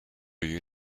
you